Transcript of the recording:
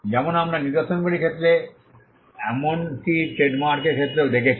যেমন আমরা নিদর্শনগুলির ক্ষেত্রে এমনকি ট্রেডমার্কের ক্ষেত্রেও দেখেছি